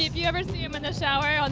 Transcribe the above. you ever see him in the shower on